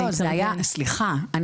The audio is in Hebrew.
סליחה,